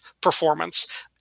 performance